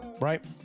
Right